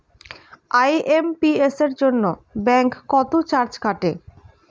IMPS এর জন্য bank কত চার্জ কাটে?